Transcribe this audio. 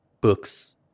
books